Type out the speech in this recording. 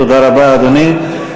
תודה רבה, אדוני.